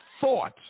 thought